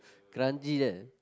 kranji there